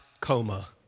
coma